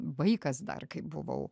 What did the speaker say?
vaikas dar kai buvau